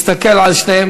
מסתכל על שניהם.